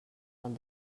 del